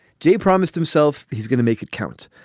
jay promised himself he's going to make it count.